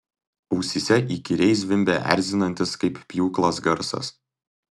ausyse įkyriai zvimbė erzinantis kaip pjūklas garsas